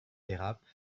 dérapent